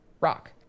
rock